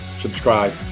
subscribe